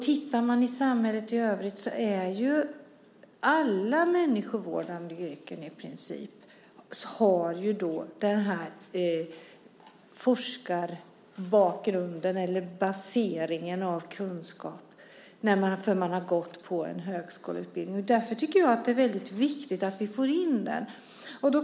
Tittar man i samhället i övrigt har man i princip i alla människovårdande yrken forskarbaserad kunskap eftersom man har gått på en högskoleutbildning. Det är därför väldigt viktigt att vi får in den.